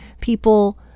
people